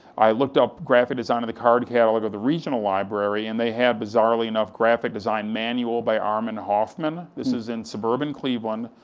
i looked up graphic design in the card catalog of the regional library, and they had bizarrely enough, graphic design manual by armin hoffman, this is in suburban cleveland,